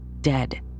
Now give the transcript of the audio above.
dead